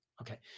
Okay